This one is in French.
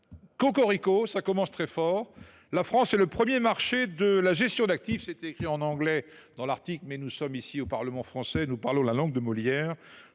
aujourd’hui. Il commence très fort :« Cocorico ! La France est le premier marché de la gestion d’actifs – c’est écrit en anglais dans l’article, mais nous sommes ici au Parlement français, nous parlons donc la langue de Molière –